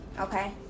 Okay